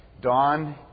Don